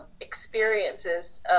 experiences